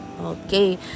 Okay